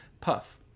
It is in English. Puff